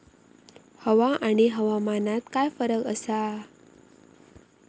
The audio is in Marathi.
हवा आणि हवामानात काय फरक असा?